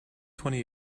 twenty